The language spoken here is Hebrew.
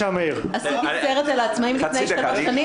עשיתי סרט על העצמאים לפני כמה שנים.